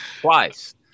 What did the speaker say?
Twice